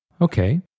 okay